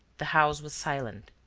the house was silent.